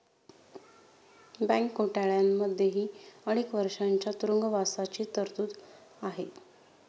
bank घोटाळ्यांमध्येही अनेक वर्षांच्या तुरुंगवासाची तरतूद आहे